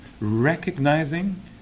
Recognizing